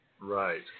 Right